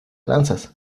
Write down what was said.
lanzas